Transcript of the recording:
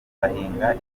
bahinga